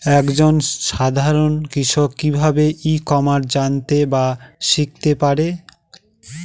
এক জন সাধারন কৃষক কি ভাবে ই কমার্সে জানতে বা শিক্ষতে পারে?